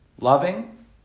loving